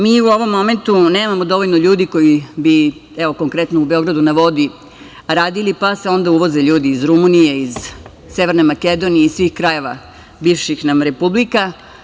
Mi u ovom momentu nemamo dovoljno ljudi koji bi, evo, konkretno u „Beogradu na vodi“, radili, pa se onda uvoze ljudi iz Rumunije, iz Severne Makedonije, iz svih krajeva bivših nam republika.